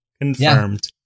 Confirmed